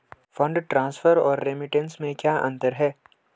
Fund transfer और remittance में क्या अंतर है?